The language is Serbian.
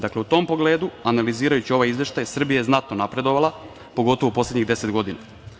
Dakle, u tom pogledu, analizirajući ovaj izveštaj, Srbija je znatno napredovala, pogotovo u poslednjih 10 godina.